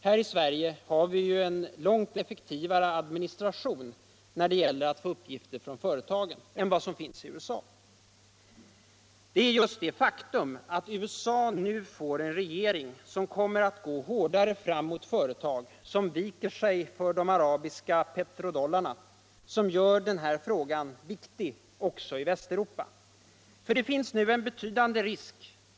Här i Sverige har vi ju en långt effektivare administration när det gäller att få uppgifter från företagen än vad som finns i USA. : Det är just det faktum att USA nu får en regering som kommer att gå hårdare fram mot företag som viker sig för de arabiska petrodollarna vilket gör den här frågan viktig också i Västeuropa. Det finns nu en betydande risk.